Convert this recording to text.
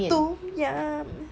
tom yum